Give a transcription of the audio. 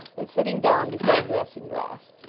and sitting down before the dressing-glass.